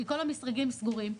כל המשרדים סגורים.